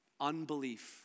Unbelief